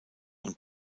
und